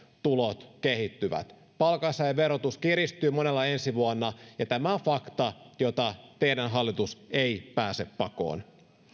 tulot kehittyvät palkansaajien verotus kiristyy monella ensi vuonna ja tämä on fakta jota teidän hallitus ei pääse pakoon